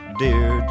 Dear